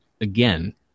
again